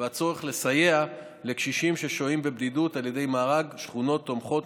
ולסייע לקשישים ששוהים בבדידות על ידי מארג שכונות תומכות,